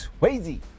Swayze